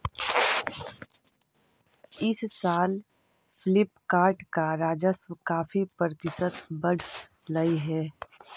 इस साल फ्लिपकार्ट का राजस्व काफी प्रतिशत बढ़लई हे